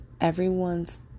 everyone's